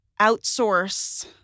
outsource